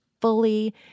fully